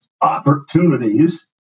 opportunities